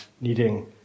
needing